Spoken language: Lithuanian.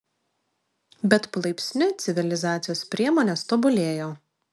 bet palaipsniui civilizacijos priemonės tobulėjo